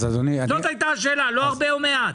זאת הייתה השאלה, לא הרבה או מעט.